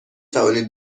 توانید